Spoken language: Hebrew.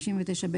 59(ב),